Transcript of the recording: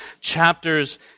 chapters